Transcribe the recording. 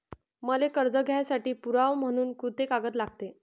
मले कर्ज घ्यासाठी पुरावा म्हनून कुंते कागद लागते?